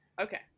Okay